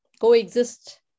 coexist